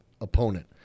opponent